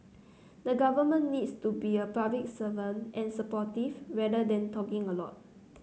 the government needs to be a public servant and supportive rather than talking a lot